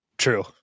True